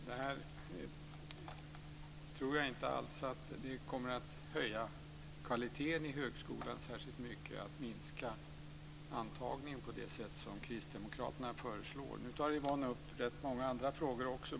Herr talman! Det här tror jag inte alls kommer att höja kvaliteten i högskolan, dvs. att minska antagningen på det sätt som kristdemokraterna föreslår. Nu tar Yvonne upp rätt många andra frågor också.